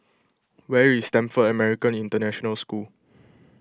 where is Stamford American International School